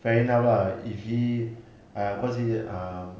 fair enough lah if he uh considered um